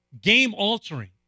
game-altering